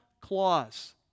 clause